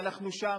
ואנחנו שם,